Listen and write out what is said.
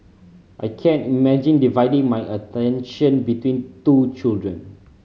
I can't imagine dividing my attention between two children